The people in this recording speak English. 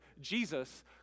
Jesus